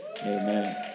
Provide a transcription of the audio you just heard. Amen